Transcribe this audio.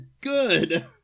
good